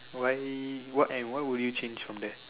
why why what and why would you change from there